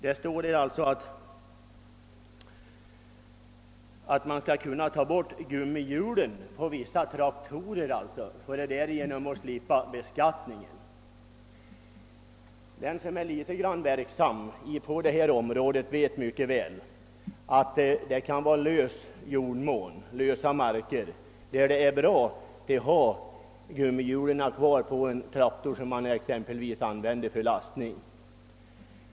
Det står att man skall kunna ta bort gummihjulen på vissa traktorer för att därigenom slippa beskattningen. Den som är litet grand verksam på detta område vet mycket väl att på marker med lös jord är det bra att ha kvar gummihjulen på en traktor som exempelvis utnyttjas för lastning.